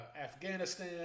Afghanistan